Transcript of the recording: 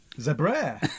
Zebra